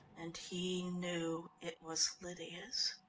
and he knew it was lydia's.